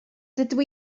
dydw